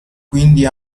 quindi